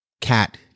cat